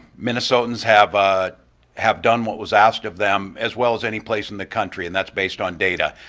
minnesotans have ah have done what was asked of them as well as anyplace in the country, and that's based on data,